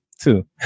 Two